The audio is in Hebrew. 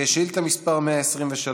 שאילתה מס' 123,